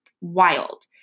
wild